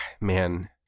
man